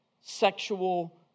sexual